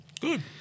Good